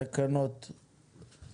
הצבעה התקנות 15,